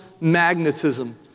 magnetism